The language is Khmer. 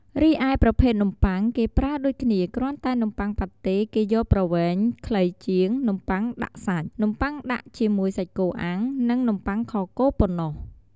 រីឯប្រភេទនំបុ័ងគេប្រើដូចគ្នាគ្រាន់តែនំបុ័ងប៉ាតេគេយកប្រវែងខ្លីជាងនំបុ័នដាក់សាច់ នំបុ័ងដាក់ជាមួយសាច់គោអាំង និង នំបុ័ងខគោ ប៉ុណ្ណោះ។